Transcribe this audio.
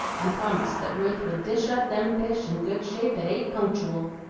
and promised that ruth would dish up them fish in good shape at eight punctooal.